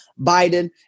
Biden